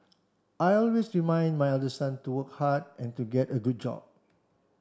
I always remind my elder son to work hard and to get a good job